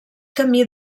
camí